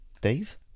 Dave